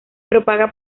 propaga